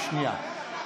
בשנייה.